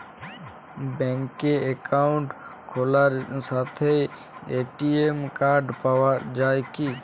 ব্যাঙ্কে অ্যাকাউন্ট খোলার সাথেই এ.টি.এম কার্ড পাওয়া যায় কি?